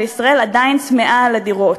וישראל עדיין צמאה לדירות.